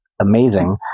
amazing